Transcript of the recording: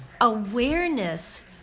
awareness